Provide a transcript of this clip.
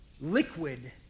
liquid